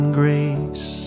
grace